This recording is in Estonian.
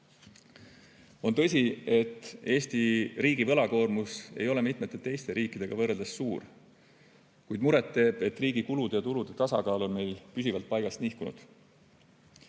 tõsi, et Eesti riigi võlakoormus ei ole mitmete teiste riikidega võrreldes suur, kuid muret teeb, et riigi kulude ja tulude tasakaal on meil püsivalt paigast nihkunud.